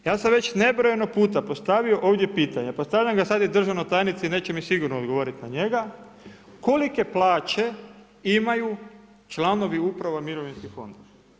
Ja sam već nebrojeno puta postavio ovdje pitanje, postavljam sad i državnoj tajnici, neće mi sigurno odgovoriti na njega, kolike plaće imaju članovi u upravama mirovinskih fondova?